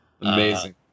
Amazing